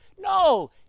No